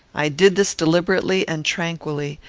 i did this deliberately and tranquilly,